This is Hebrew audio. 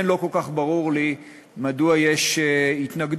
לא כל כך ברור לי מדוע יש התנגדות,